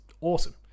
awesome